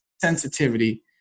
sensitivity